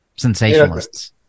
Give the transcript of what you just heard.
sensationalists